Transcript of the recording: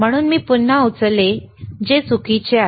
म्हणून मी पुन्हा उचलले जे चुकीचे आहे